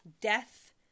death